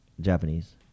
Japanese